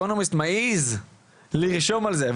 האקונומיסט מעז לרשום על זה,